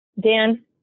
Dan